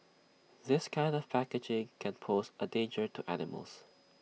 this kind of packaging can pose A danger to animals